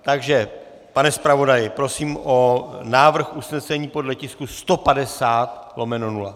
Takže pane zpravodaji, prosím o návrh usnesení podle tisku 150/0.